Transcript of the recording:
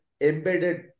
embedded